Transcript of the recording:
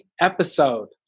episode